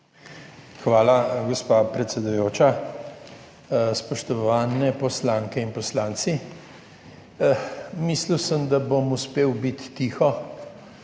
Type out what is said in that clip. Hvala, gospa predsedujoča. Spoštovane poslanke in poslanci! Mislil sem, da bom uspel biti tiho,